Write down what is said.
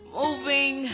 moving